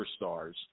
superstars